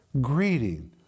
greeting